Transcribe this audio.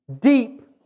Deep